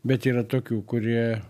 bet yra tokių kurie